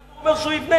לנו הוא אומר שהוא יבנה,